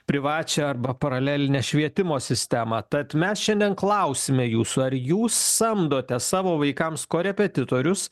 privačią arba paralelinę švietimo sistemą tad mes šiandien klausime jūsų ar jūs samdote savo vaikams korepetitorius